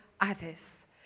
others